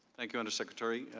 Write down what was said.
thank you undersecretary,